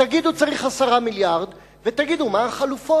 תגידו: צריך 10 מיליארד ותגידו מה החלופות,